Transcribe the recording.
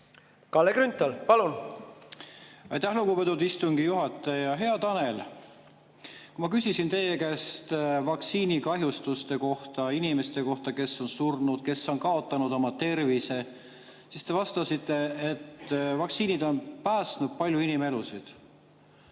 Kalle Grünthal, palun! Aitäh, lugupeetud istungi juhataja! Hea Tanel! Kui ma küsisin teie käest vaktsiinikahjustuste kohta, inimeste kohta, kes on surnud, kes on kaotanud oma tervise, siis te vastasite, et vaktsiinid on päästnud palju inimelusid.